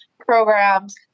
programs